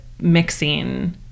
mixing